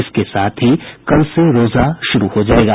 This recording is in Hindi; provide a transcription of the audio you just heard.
इसके साथ ही कल से रोजा शुरू हो जायेगा